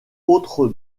autres